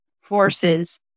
forces